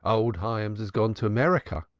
old hyams has gone to america.